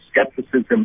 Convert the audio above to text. skepticism